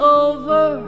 over